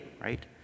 right